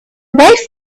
wife